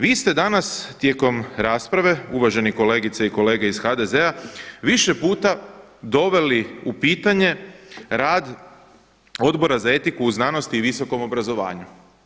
Vi ste danas tijekom rasprave uvaženi kolegice i kolege iz HDZ-a više puta doveli u pitanje rad Odbora za etiku u znanosti i visokom obrazovanju.